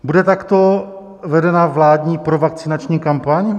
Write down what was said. Bude takto vedena vládní provakcinační kampaň?